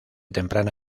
temprana